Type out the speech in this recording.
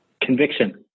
Conviction